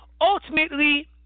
Ultimately